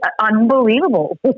Unbelievable